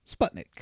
Sputnik